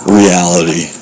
reality